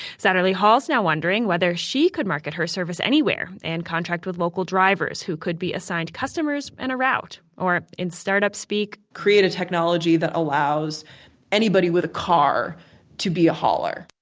saturley-hall's now wondering whether she could market her service anywhere and contract with local drivers who could be assigned customers and a route. or, in startup speak create a technology that allows anybody with a car to be a hauler.